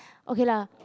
okay lah